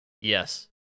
Yes